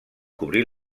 cobrir